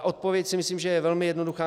Odpověď si myslím, že je velmi jednoduchá.